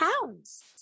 pounds